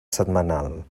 setmanal